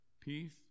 peace